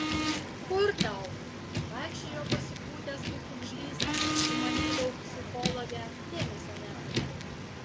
kur tau vaikščiojo pasipūtęs kaip pūgžlys į mane jau psichologę dėmesio nekreipė